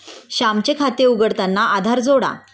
श्यामचे खाते उघडताना आधार जोडा